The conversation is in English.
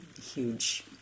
huge